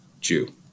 Jew